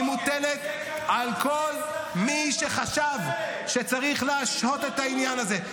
היא מוטלת על כל מי שחשב שצריך להשהות את העניין הזה.